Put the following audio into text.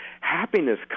happiness